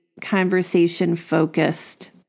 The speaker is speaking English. conversation-focused